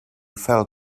felt